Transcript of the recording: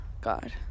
God